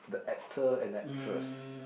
the actor and actress